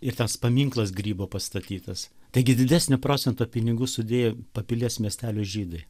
ir tas paminklas grybo pastatytas taigi didesnį procentą pinigų sudėjo papilės miestelio žydai